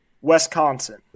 Wisconsin